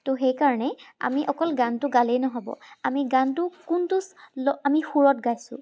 তো সেইকাৰণে আমি অকল গানটো গালেই নহ'ব আমি গানটো কোনটো ল আমি সুৰত গাইছোঁ